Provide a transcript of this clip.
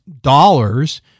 dollars